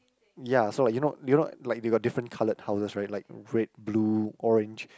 ya so like you know you know like they got coloured houses right like red blue orange